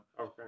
Okay